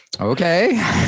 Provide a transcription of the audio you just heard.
Okay